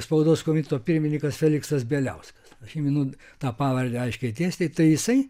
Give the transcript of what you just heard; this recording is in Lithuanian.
spaudos komiteto pirmininkas feliksas bieliauskas aš miniu tą pavardę aiškiai tiesiai tai jisai